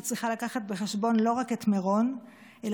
היא צריכה לקחת בחשבון לא רק את מירון אלא